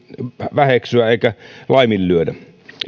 väheksyä eikä laiminlyödä